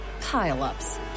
pile-ups